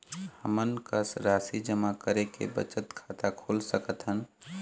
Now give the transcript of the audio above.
हमन कम राशि जमा करके बचत खाता खोल सकथन?